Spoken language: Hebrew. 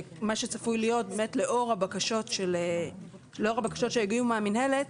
מה שצפוי להיות לאור הבקשות שהגיעו מהמינהלת,